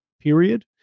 period